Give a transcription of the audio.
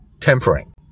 tempering